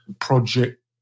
project